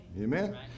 Amen